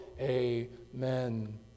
Amen